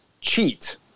cheat